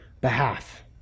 behalf